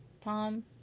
tom